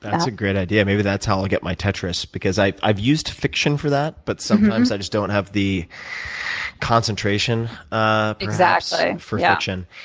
that's a great idea. maybe that's how i'll get my tetris. because i've i've used fiction for that but sometimes i just don't have the concentration ah perhaps for yeah fiction.